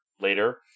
later